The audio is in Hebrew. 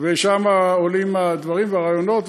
ושם עולים הדברים והרעיונות,